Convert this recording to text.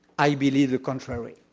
i believe the contrary.